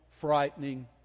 frightening